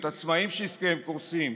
את העצמאים שעסקיהם קורסים,